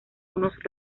unos